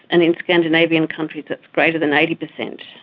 and in scandinavian countries it's greater than eighty percent.